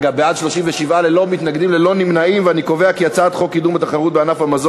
שלום out, מלחמה באופק, מיליארדים למשרד הביטחון